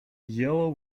yellow